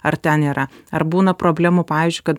ar ten yra ar būna problemų pavyzdžiui kad